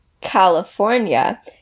California